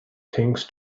things